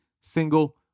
single